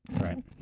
right